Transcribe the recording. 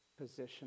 position